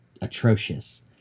atrocious